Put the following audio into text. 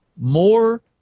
more